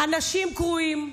אנשים קרועים,